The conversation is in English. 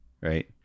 right